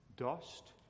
Dust